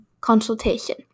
consultation